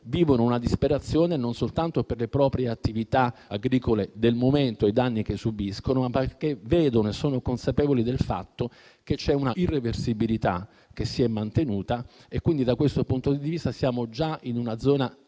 vivono una disperazione, non soltanto per le proprie attività agricole del momento e i danni che subiscono, ma perché vedono e sono consapevoli del fatto che c'è una irreversibilità che si è mantenuta. Quindi, da questo punto di vista siamo già in una zona